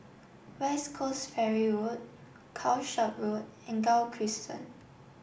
West Coast Ferry Road Calshot Road and Gul Crescent